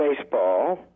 baseball